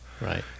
Right